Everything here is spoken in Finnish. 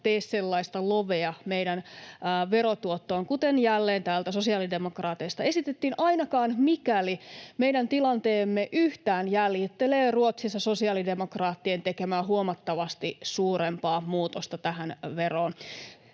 tee sellaista lovea meidän verotuottoon kuten jälleen täältä sosiaalidemokraateista esitettiin, ainakaan mikäli meidän tilanteemme yhtään jäljittelee Ruotsissa sosiaalidemokraattien tekemää, huomattavasti suurempaa muutosta tähän veroon.